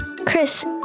Chris